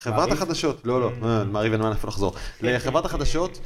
חברת החדשות, לא לא, מעריב אין מה לאיפה לחזור, לחברת החדשות